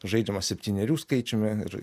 žaidžiamas septynerių skaičiumi ir